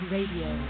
Radio